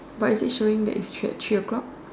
but is it showing that its at three o'clock